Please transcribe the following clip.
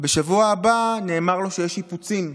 ובשבוע הבא נאמר לו שיש שיפוצים.